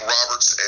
Roberts